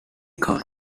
khan